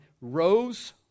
rose